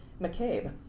McCabe